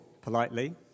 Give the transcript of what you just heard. politely